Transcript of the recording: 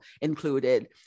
included